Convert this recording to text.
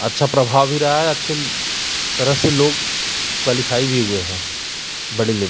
अच्छा प्रभाव भी रहा है अच्छी तरह से लोग क्वालीफाई भी हुए हैं बड़े लेवल